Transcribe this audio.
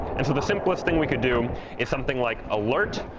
and so the simplest thing we could do is something like alert,